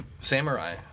samurai